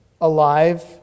alive